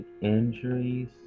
injuries